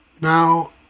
Now